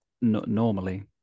normally